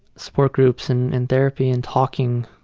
support groups and and therapy and talking.